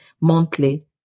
monthly